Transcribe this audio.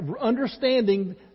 understanding